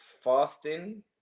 fasting